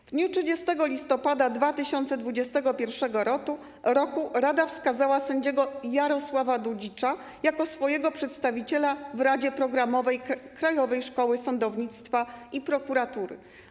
W dniu 30 listopada 2021 r. rada wskazała sędziego Jarosława Dudzicza jako swojego przedstawiciela w Radzie Programowej Krajowej Szkoły Sądownictwa i Prokuratury.